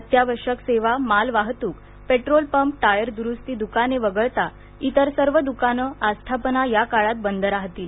अत्यावश्यक सेवा माल वाहतूक पेट्रोल पंप टायर दुरुस्ती दुकाने वगळता इतर सर्व द्कानं आस्थापना या काळात बंद राहतील